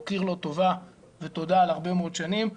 להוקיר לו טובה ותודה על הרבה מאוד שנים.